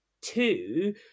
two